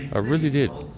i really did.